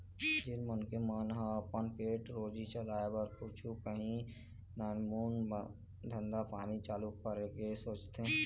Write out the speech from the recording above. जेन मनखे मन ह अपन पेट रोजी चलाय बर कुछु काही नानमून धंधा पानी चालू करे के सोचथे